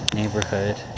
neighborhood